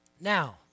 Now